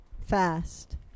fast